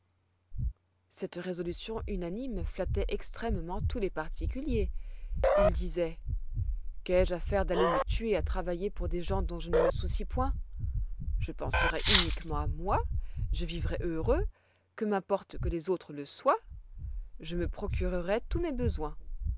cette résolution unanime flattoit extrêmement tous les particuliers ils disoient qu'ai-je affaire d'aller me tuer à travailler pour des gens dont je ne me soucie point je penserai uniquement à moi je vivrai heureux que m'importe que les autres le soient je me procurerai tous mes besoins